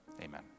Amen